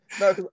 no